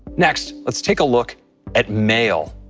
next, lets take a look at mail,